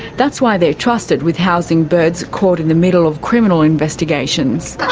that's why they're trusted with housing birds caught in the middle of criminal investigations.